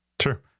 Sure